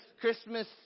Christmas